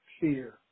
fear